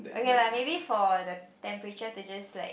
okay lah maybe for the temperatures they just like